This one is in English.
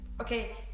okay